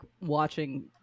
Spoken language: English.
watching